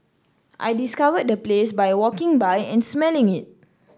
I discovered the place by walking by and smelling it